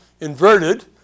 inverted